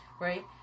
right